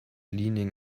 leaning